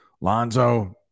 lonzo